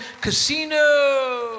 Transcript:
Casino